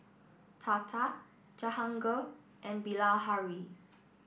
Tata Jahangir and Bilahari